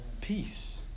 Peace